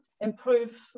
improve